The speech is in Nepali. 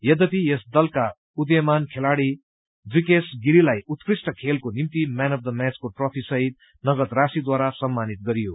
यद्यपि यस दलका उदयीमान खेलाड़ी दृकेश गिरीलाई उत्कृष्ट खेलको निम्ति म्यान अफ् द म्याचको ट्रफी सहित नगद राशिद्वारा सम्मानित गरियो